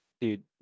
dude